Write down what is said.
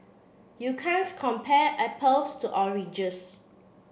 you can't compare apples to oranges